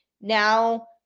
now